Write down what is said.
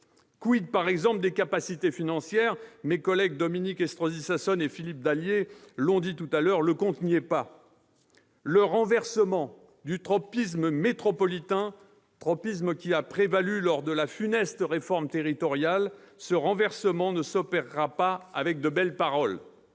là ! par exemple, des capacités financières ? Mes collègues rapporteurs Dominique Estrosi Sassone et Philippe Dallier l'ont dit précédemment, le compte n'y est pas. Le renversement du tropisme métropolitain, qui a prévalu lors de la funeste réforme territoriale, ne s'opérera pas avec de belles paroles